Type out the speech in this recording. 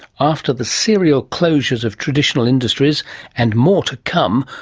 after the serial closures of traditional industries and more to come,